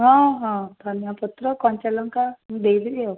ହଁ ହଁ ଧନିଆ ପତ୍ର କଞ୍ଚା ଲଙ୍କା ମୁଁ ଦେଇଦେବି ଆଉ